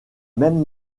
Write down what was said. même